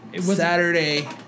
Saturday